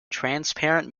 transparent